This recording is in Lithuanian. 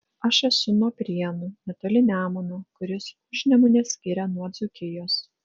aš esu nuo prienų netoli nemuno kuris užnemunę skiria nuo dzūkijos